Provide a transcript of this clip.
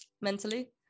mentally